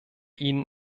ihnen